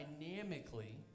dynamically